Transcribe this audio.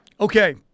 okay